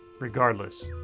regardless